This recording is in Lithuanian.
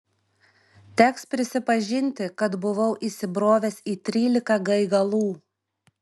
teks prisipažinti kad buvau įsibrovęs į trylika gaigalų